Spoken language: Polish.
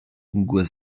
mgłę